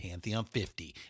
Pantheon50